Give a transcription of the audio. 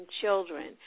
children